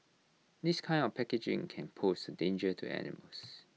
this kind of packaging can pose danger to animals